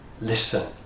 Listen